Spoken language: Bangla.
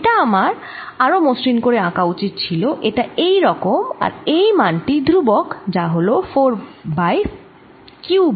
এটা আমার আরো মসৃণ করে আঁকা উচিত কারণ এটা এই রকম আর এই মান টি ধ্রুবক যা হল Q by 4 pi epsilon 0 R